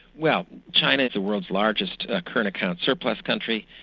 well, china's the world's largest current account surplus country.